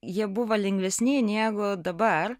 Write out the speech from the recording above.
jie buvo lengvesni negu dabar